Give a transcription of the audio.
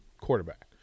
quarterback